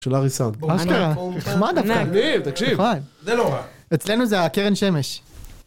של אריס סאן. אשכרה? נחמד דווקא, עכשיו. תקשיב, תקשיב. זה לא רע. אצלנו זה הקרן שמש.